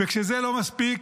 כשזה לא מספיק,